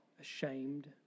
ashamed